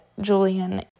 Julian